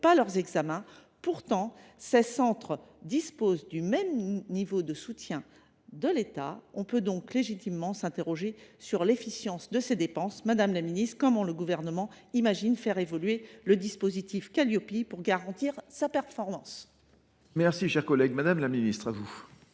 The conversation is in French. pas leurs examens… Pourtant, les centres concernés disposent du même niveau de soutien de l’État ! On peut donc légitimement s’interroger sur l’efficience de ces dépenses. Madame la ministre, comment le Gouvernement imagine t il faire évoluer le dispositif Qualiopi pour garantir sa performance ? La parole est à Mme la ministre déléguée.